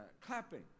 clapping